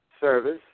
service